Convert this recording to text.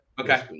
okay